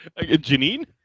Janine